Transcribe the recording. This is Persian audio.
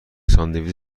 ساندویچ